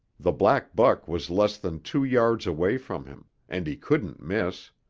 the black buck was less than two yards away from him, and he couldn't miss.